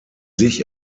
sich